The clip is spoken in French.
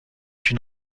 une